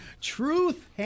truth